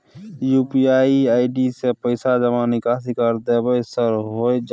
UPI ID से पैसा जमा निकासी कर देबै सर होय जाय है सर?